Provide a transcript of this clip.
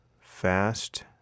fast